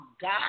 God